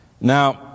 Now